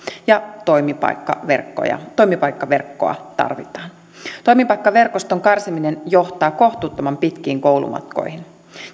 ja toimipaikkaverkkoa ja toimipaikkaverkkoa tarvitaan toimipaikkaverkoston karsiminen johtaa kohtuuttoman pitkiin koulumatkoihin